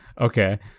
Okay